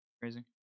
crazy